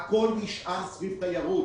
הכול נשען על התיירות.